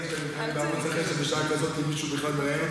בערוץ הכנסת מישהו בכלל רואה,